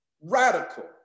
radical